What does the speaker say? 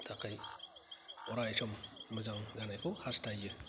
आंनि थाखाय अरायसम मोजां जानायखौ हास्थायो